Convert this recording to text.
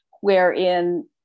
wherein